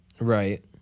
Right